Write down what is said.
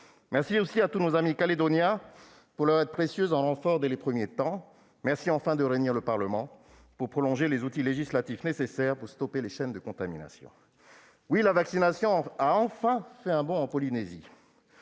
Merci aussi à tous nos amis calédoniens pour leur aide précieuse en renfort dès les premiers temps. Merci enfin de réunir le Parlement pour prolonger les outils législatifs nécessaires pour stopper les chaînes de contamination. Oui, la vaccination a enfin fait un bond en Polynésie,